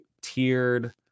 tiered